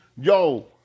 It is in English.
Yo